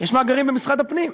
יש מאגרים במשרד הפנים.